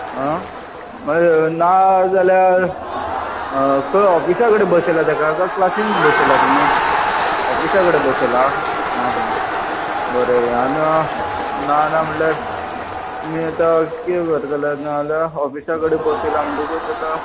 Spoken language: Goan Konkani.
मागीर ना जाल्यार खंय ऑफिसा कडेन बसयलां ताका काय क्लासीन बसयला ताका तुमी ऑफिसा कडेन बसयला आं ह ह बरें ना ना म्हणल्यार तुमी आता कितें करतले ऑफिसा कडेन बसयला म्हणकर आतां